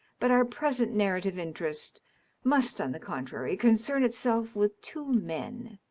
but our present narrative interest must on the contrary concern itself with two men,